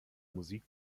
musik